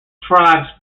tribes